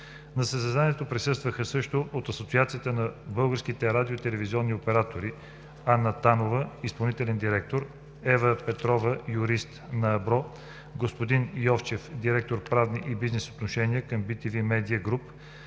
На заседанието присъстваха също: от Асоциацията на българските радио- и телевизионни оператори Анна Танова – изпълнителен директор, Ева Петрова – юрист на АБРО, Господин Йовчев – директор „Правни и бизнес отношения“ на bTV „Медиа Груп“